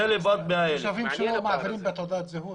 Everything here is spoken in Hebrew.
זה לבד 100,000. יש תושבים שלא מעבירים את תעודת הזהות.